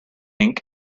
ink